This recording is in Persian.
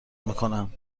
میکنم